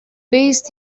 based